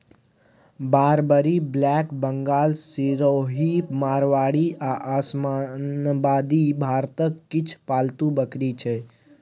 Barbari, black Bengal, Sirohi, Marwari आ ओसमानाबादी भारतक किछ पालतु बकरी छै